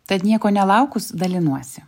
tad nieko nelaukus dalinuosi